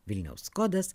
vilniaus kodas